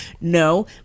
No